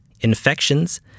infections